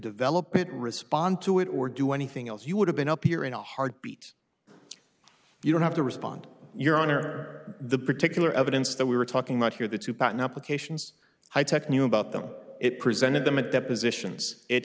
develop it respond to it or do anything else you would have been up here in a heartbeat you don't have to respond your honor the particular evidence that we were talking about here the two patent applications high tech knew about them it presented them at depositions it